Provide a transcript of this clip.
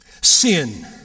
Sin